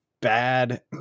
bad